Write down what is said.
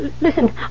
Listen